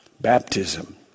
Baptism